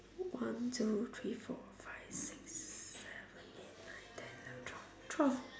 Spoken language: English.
one two three four five six seven eight nine ten eleven twelve twelve